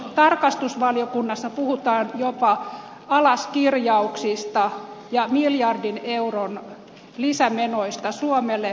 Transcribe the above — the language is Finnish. tarkastusvaliokunnassa puhutaan jopa alaskirjauksista ja miljardin euron lisämenoista suomelle